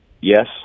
Yes